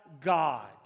God